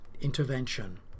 intervention